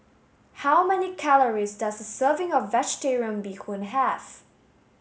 how many calories does a serving of vegetarian Bee Hoon have